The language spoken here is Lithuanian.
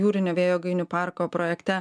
jūrinio vėjo jėgainių parko projekte